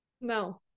No